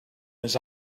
his